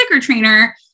trainer